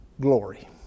glory